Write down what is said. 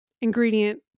ingredient